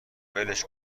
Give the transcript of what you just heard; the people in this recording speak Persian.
ولش